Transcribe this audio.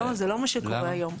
לא, זה לא מה שקורה היום.